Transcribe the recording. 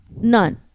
None